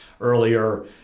earlier